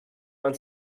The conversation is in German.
man